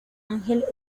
ángel